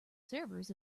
servers